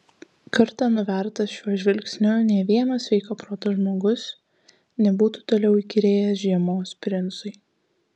kartą nuvertas šiuo žvilgsniu nė vienas sveiko proto žmogus nebūtų toliau įkyrėjęs žiemos princui